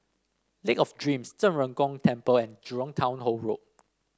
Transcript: Lake of Dreams Zhen Ren Gong Temple and Jurong Town Hall Road